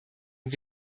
und